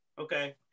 okay